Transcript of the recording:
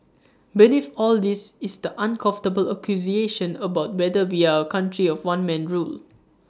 beneath all this is the uncomfortable accusation about whether we are A country of one man rule